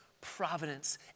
Providence